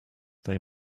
they